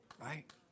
right